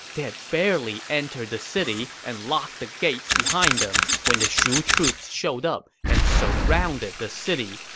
they had barely entered the city and locked the gates behind them when the shu troops showed up and surrounded the city,